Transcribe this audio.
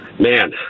Man